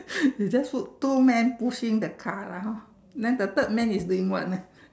you just put two men pushing the car lah hor then the third man is doing what ah